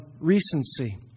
recency